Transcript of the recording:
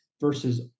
versus